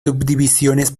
subdivisiones